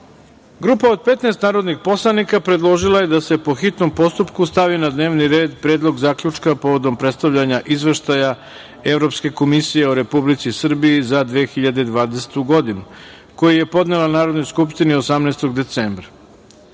od 15 narodnih poslanika predložila je da se po hitnom postupku stavi na dnevni red – Predlog zaključka povodom predstavljanja Izveštaja Evropske komisije o Republici Srbiji za 2020. godinu, koji je podnela Narodnoj skupštini 18. decembra. Navedeno